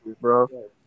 bro